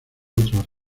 otras